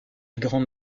grande